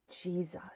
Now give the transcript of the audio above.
Jesus